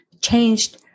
changed